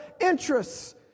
interests